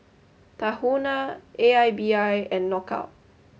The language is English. Tahuna A I B I and Knockout